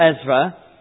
Ezra